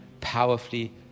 powerfully